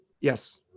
Yes